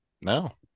No